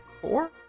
four